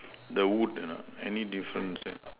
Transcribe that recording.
the wood ah any difference there